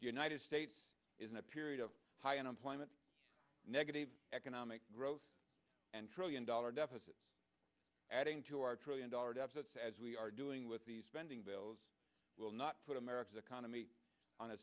united states is in a period of high unemployment negative economic growth and trillion dollar deficits adding to our trillion dollar deficits as we are doing with these spending bills will not put america's economy on a